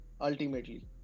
ultimately